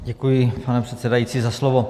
Děkuji, pane předsedající, za slovo.